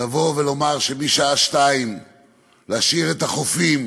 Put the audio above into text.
לבוא ולומר שמשעה 14:00 משאירים את החופים